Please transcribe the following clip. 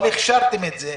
אבל הכשרתם את זה.